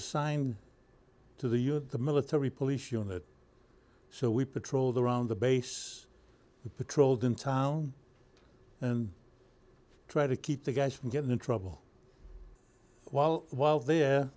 signed to the us military police unit so we patrolled around the base who patrolled in town and try to keep the guys from getting in trouble while while there